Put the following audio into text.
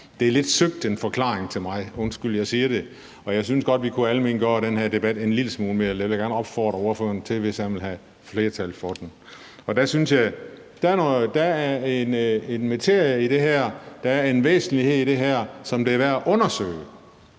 mig en lidt søgt forklaring – undskyld, jeg siger det – og jeg synes godt vi kunne almengøre den her debat en lille smule mere, så det vil jeg gerne opfordre ordføreren til, hvis han vil have flertal for den. Jeg synes, at der er en materie i det her, der er en væsentlighed, som det er værd at undersøge.